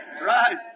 Right